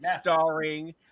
starring